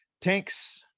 tanks